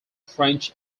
french